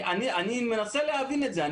אני מנסה להבין את זה.